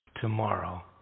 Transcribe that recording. tomorrow